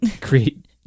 create